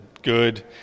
good